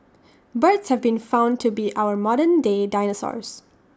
birds have been found to be our modern day dinosaurs